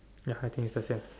ya I think is the same